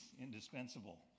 indispensable